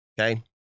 okay